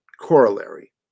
corollary